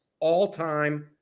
all-time